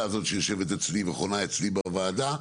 הזאת שיושבת אצלי וחונה אצלי בוועדה.